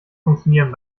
funktionieren